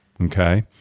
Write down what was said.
okay